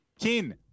Kin